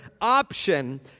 option